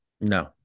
No